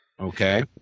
Okay